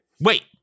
Wait